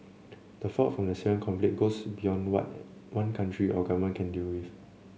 the fallout from the Syrian conflict goes beyond what any one country or government can deal with